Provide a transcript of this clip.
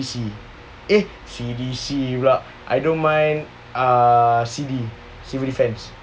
C_D_C eh C_D_C pula I don't mind C_D civil defense